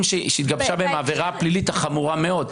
שהתגבשה בהם העבירה הפלילית החמורה מאוד.